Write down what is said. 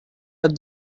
are